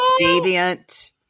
deviant